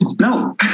No